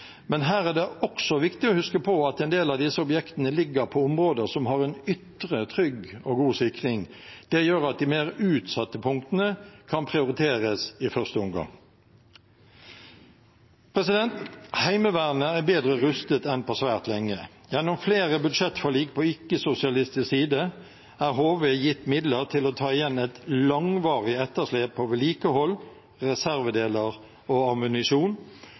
men her er det også viktig å huske på at en del av disse objektene ligger på områder som har en ytre trygg og god sikring. Det gjør at de mer utsatte punktene kan prioriteres i første omgang. Heimevernet er bedre rustet enn på svært lenge. Gjennom flere budsjettforlik på ikke-sosialistisk side er HV gitt midler til å ta igjen et langvarig etterslep på vedlikehold, reservedeler og ammunisjon,